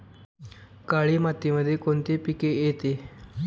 काळी मातीमध्ये कोणते पिके येते?